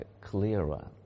clearer